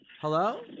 Hello